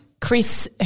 Chris